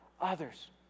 others